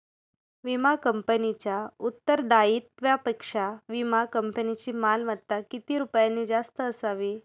विमा कंपनीच्या उत्तरदायित्वापेक्षा विमा कंपनीची मालमत्ता किती रुपयांनी जास्त असावी?